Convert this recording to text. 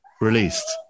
released